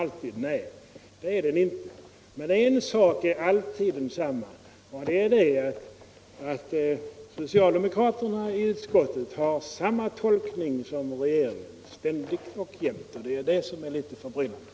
Nej, det är den inte. Men en sak är alltid densamma: socialdemokraterna i utskottet har ständigt och jämt samma tolkning som regeringen, och det är det som är litet förbryllande.